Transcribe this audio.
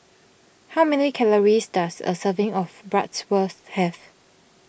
how many calories does a serving of Bratwurst have